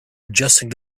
adjusting